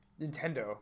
Nintendo